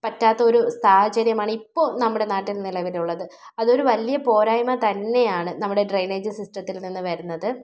പറ്റാത്ത ഒരു സാഹചര്യമാണ് ഇപ്പോൾ നമ്മുടെ നാട്ടില് നിലവിലുള്ളത് അത് ഒരു വലിയ പോരായ്മ തന്നെയാണ് നമ്മുടെ ഡ്രൈനേജ് സിസ്റ്റത്തില് നിന്ന് വരുന്നത്